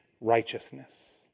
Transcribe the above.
righteousness